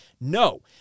No